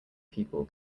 people